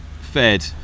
fed